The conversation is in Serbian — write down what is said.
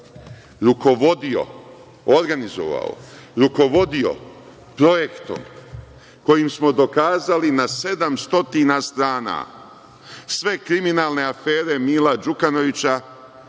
organizovao, rukovodio projektom kojim smo dokazali na 700 strana sve kriminalne afere Mila Đukanovića